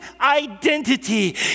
identity